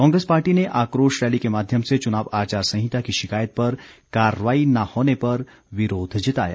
Congress party ने आक्रोश rally के माध्यम से चुनाव आचार संहिता की शिकायत पर कार्रवाई न होने पर विरोध जताया